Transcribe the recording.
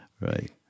Right